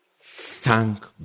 thank